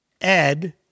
Ed